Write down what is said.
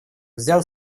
взял